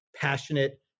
passionate